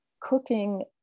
cooking